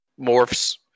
Morphs